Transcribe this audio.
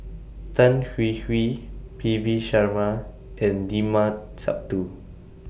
Tan Hwee Hwee P V Sharma and Limat Sabtu